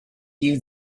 you